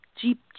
jeep